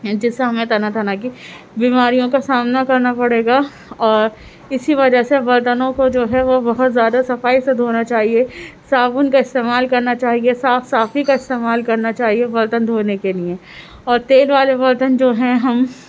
جس سے ہمیں طرح طرح کی بیماریوں کا سامنا کرنا پڑے گا اور اسی وجہ سے برتنوں کو جو ہے وہ بہت زیادہ صفائی سے دھونا چاہیے صابن کا استعمال کرنا چاہیے صاف صفاٮٔی کا استعمال کرنا چاہیے برتن دھونے کے لئے اور تیل والے برتن جو ہیں ہم